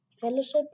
fellowship